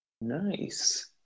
nice